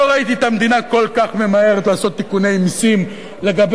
לא ראיתי את המדינה כל כך ממהרת לעשות תיקוני מסים לגבי